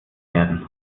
werden